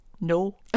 no